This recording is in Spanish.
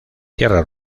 tierras